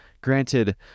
granted